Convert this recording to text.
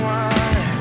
one